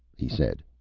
he said.